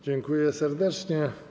Dziękuję serdecznie.